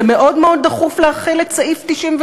זה מאוד מאוד דחוף להחיל את סעיף 98?